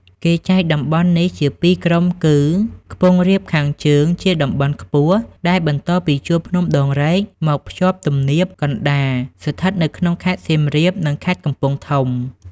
គេចែកតំបន់នេះជាពីរក្រុមគឺ ខ្ពង់រាបខាងជើង ជាតំបន់ខ្ពស់ ដែលបន្តពីជួរភ្នំដងរែកមកភ្ជាប់ទំនាប កណ្តាល ស្ថិតនៅក្នុងខេត្តសៀមរាប និងខេត្តកំពង់ធំ ។